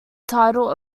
title